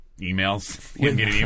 Emails